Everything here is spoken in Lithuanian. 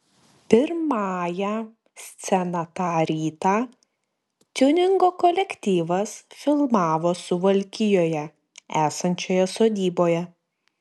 pirmąją sceną tą rytą tiuningo kolektyvas filmavo suvalkijoje esančioje sodyboje